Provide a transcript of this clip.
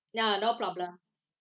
ya no problem mm